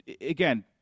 Again